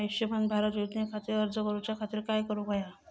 आयुष्यमान भारत योजने खातिर अर्ज करूच्या खातिर काय करुक होया?